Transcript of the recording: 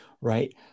right